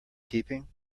keeping